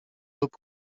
lub